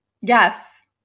Yes